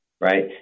right